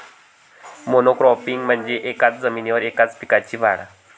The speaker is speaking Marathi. मोनोक्रॉपिंग म्हणजे एकाच जमिनीवर एकाच पिकाची वाढ